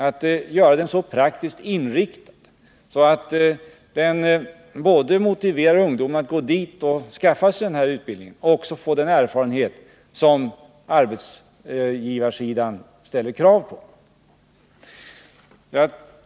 Man måste göra utbildningen så praktiskt inriktad att den både motiverar ungdomen att gå dit och skaffa sig den här utbildningen och också skaffa sig den erfarenhet som arbetsgivarsidan kräver.